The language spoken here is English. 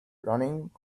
running